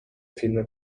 فیلم